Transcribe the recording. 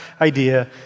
idea